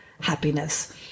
happiness